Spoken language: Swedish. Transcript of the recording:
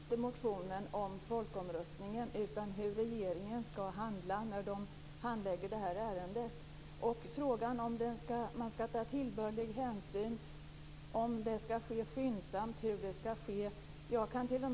Fru talman! Dessvärre handlar inte motionen om folkomröstningen utan om hur regeringen skall handla när den handlägger det här ärendet, man skall ta tillbörlig hänsyn, om det skall ske skyndsamt och hur man skall se på det.